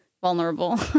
vulnerable